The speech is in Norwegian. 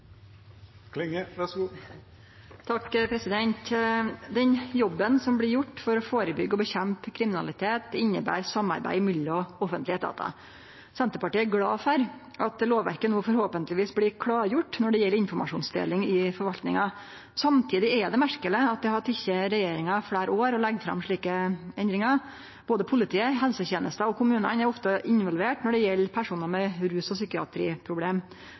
Den jobben som blir gjort for å førebyggje og nedkjempe kriminalitet, inneber samarbeid mellom offentlege etatar. Senterpartiet er glad for at lovverket no forhåpentlegvis blir klargjort når det gjeld informasjonsdeling i forvaltninga. Samtidig er det merkeleg at det har teke regjeringa fleire år å leggje fram slike endringar. Både politiet, helsetenesta og kommunane er ofte involverte når det gjeld personar med rus- og psykiatriproblem.